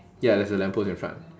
ya there's a lamp post in front